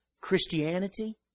Christianity